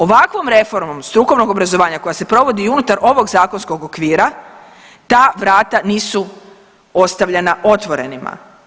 Ovakvom reformom strukovnog obrazovanja koja se provodi unutar ovog zakonskog okvira ta vrata nisu ostavljena otvorenima.